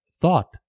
thought